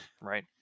right